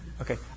Okay